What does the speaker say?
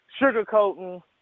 sugarcoating